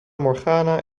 morgana